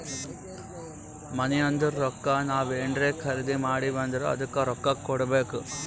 ಮನಿ ಅಂದುರ್ ರೊಕ್ಕಾ ನಾವ್ ಏನ್ರೇ ಖರ್ದಿ ಮಾಡಿವ್ ಅಂದುರ್ ಅದ್ದುಕ ರೊಕ್ಕಾ ಕೊಡ್ಬೇಕ್